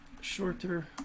shorter